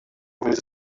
was